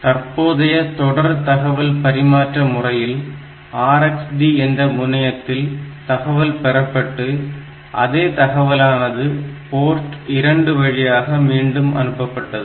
தற்போதைய தொடர் தகவல் பரிமாற்ற முறையில் RxD என்ற முனையத்தில் தகவல் பெறப்பட்டு அதே தகவலானது போர்ட் 2 வழியாக மீண்டும் அனுப்பப்பட்டது